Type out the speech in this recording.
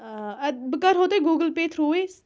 آ اَدٕ بہٕ کَرٕہَو تۄہہِ گوٗگُل پیٚے تھرٛوٗہٕے